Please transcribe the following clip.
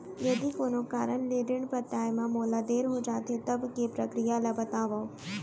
यदि कोनो कारन ले ऋण पटाय मा मोला देर हो जाथे, तब के प्रक्रिया ला बतावव